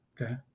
Okay